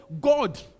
God